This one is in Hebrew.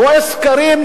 רואה סקרים,